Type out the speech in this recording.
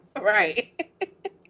Right